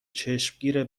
چشمگیر